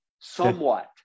somewhat